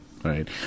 Right